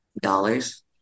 Dollars